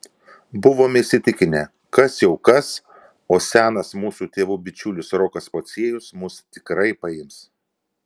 buvome įsitikinę kas jau kas o senas mūsų tėvų bičiulis rokas pociejus mus tikrai paims